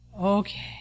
Okay